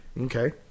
Okay